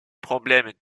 problèmes